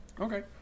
okay